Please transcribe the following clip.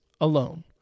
alone